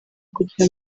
kugira